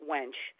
Wench